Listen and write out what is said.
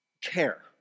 care